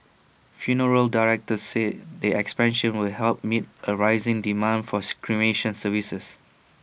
funeral directors said the expansion will help meet A rising demand forth cremation services